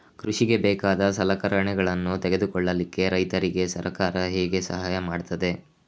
ಕೃಷಿಗೆ ಬೇಕಾದ ಸಲಕರಣೆಗಳನ್ನು ತೆಗೆದುಕೊಳ್ಳಿಕೆ ರೈತರಿಗೆ ಸರ್ಕಾರ ಹೇಗೆ ಸಹಾಯ ಮಾಡ್ತದೆ?